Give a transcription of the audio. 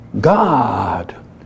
God